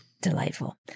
delightful